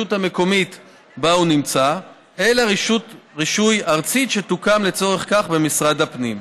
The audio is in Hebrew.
המקומית שבה הוא נמצא אלא רשות רישוי ארצית שתוקם לצורך זה במשרד הפנים,